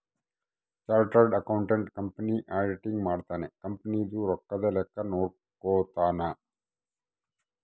chartered accountant company auditing ಮಾಡ್ತನ company ದು ರೊಕ್ಕದ ಲೆಕ್ಕ ನೋಡ್ಕೊತಾನ